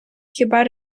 хіба